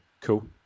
cool